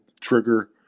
trigger